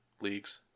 leagues